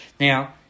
Now